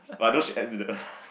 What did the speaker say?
but I know she exited